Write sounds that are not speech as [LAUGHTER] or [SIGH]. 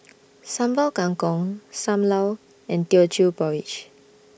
[NOISE] Sambal Kangkong SAM Lau and Teochew Porridge